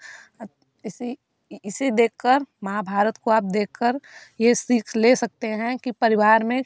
इसी इसे देखकर महाभारत को आप देखकर यह सीख ले सकते हैं कि परिवार में